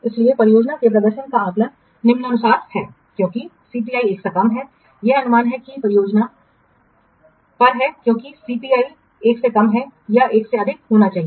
इसलिए परियोजना के प्रदर्शन का आकलन निम्नानुसार है क्योंकि सीपीआई 1 से कम है यह अनुमान है कि परियोजना परियोजना पर है क्योंकि सीपी सीपीआई 1 से कम है यह 1 से अधिक होना चाहिए